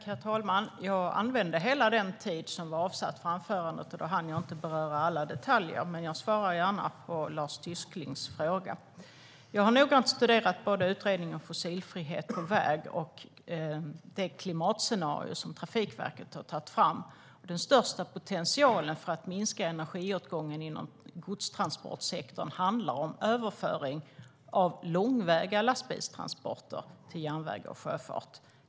Herr talman! Jag använde hela den tid som var avsatt för anförandet, och då hann jag inte beröra alla detaljer. Men jag svarar gärna på Lars Tysklinds fråga. Jag har noggrant studerat både utredningen av fossilfrihet på väg och det klimatscenario som Trafikverket har tagit fram. Den största potentialen för att minska energiåtgången inom godstransportsektorn handlar om överföring av långväga lastbilstransporter till järnväg och sjöfart.